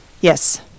Yes